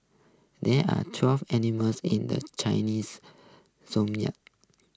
there are twelve animals in the Chinese zodiac